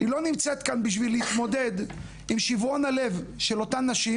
היא לא נמצאת כאן כדי להתמודד עם שיברון הלב של אותן נשים